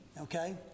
Okay